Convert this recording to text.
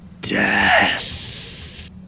death